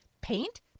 paint